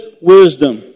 wisdom